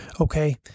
Okay